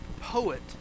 poet